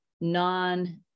non